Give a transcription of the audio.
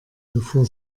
bevor